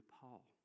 Paul